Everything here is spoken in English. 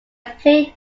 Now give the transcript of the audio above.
played